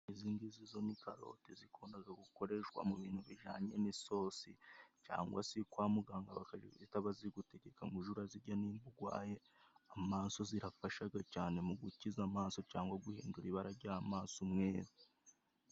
Izi ngizi zo ni karote zikundaga gukoreshwa mu bintu bijanye n'isosi cyangwa se kwa muganga bakaba bazigutegeka ngo uje urazirya niba ugwaye amaso zirafashaga cane mu gukiza amaso cyangwa guhindura ibara ry'amaso umweru.